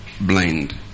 blind